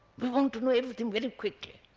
we want to know everything very quickly.